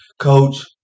Coach